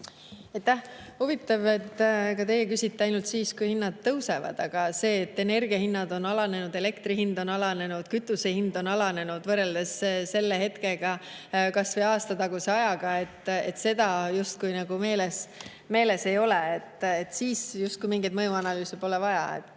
Huvitav, et te küsite ainult siis, kui hinnad tõusevad, aga see, et energiahinnad on alanenud, elektri hind on alanenud ja kütuse hind on alanenud võrreldes kas või aastataguse ajaga, justkui meeles ei ole. Siis justkui mingit mõjuanalüüsi pole vaja. See